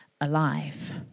alive